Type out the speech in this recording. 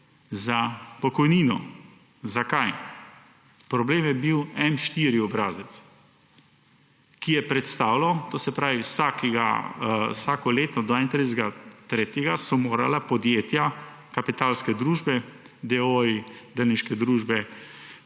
za pokojnino. Zakaj? Problem je bil M-4 obrazec, ki je predstavljal – to se pravi, vsako leto do 31. decembra so morala podjetja, kapitalske družbe, d. o. o, delniške družbe,